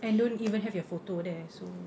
and don't even have your photo there so